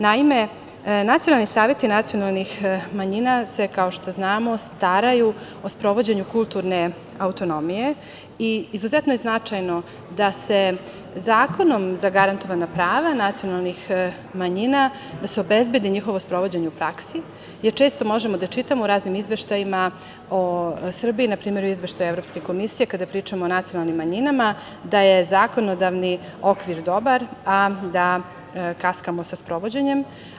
Naime, nacionalni saveti nacionalnih manjina se, kao što znamo, staraju o sprovođenju kulturne autonomije i izuzetno je značajno da se zakonom zagarantovana prava nacionalnih manjina, da se obezbedi njihovo sprovođenje u praksi, jer često možemo da čitamo u raznim izveštajima o Srbiji, npr. izveštaj Evropske komisije, kada pričamo o nacionalnim manjinama da je zakonodavni okvir dobar, a da kaskamo sa sprovođenjem.